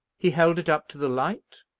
he held it up to the light,